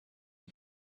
him